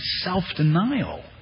self-denial